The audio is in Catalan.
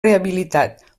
rehabilitat